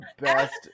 best